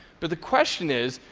but the question is,